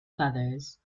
feathers